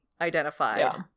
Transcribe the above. identified